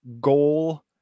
goal